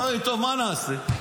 אוי, טוב, מה נעשה?